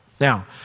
Now